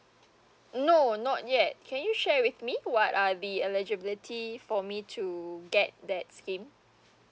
no not yet can you share with me what are the eligibility for me to get that scheme